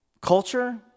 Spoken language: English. culture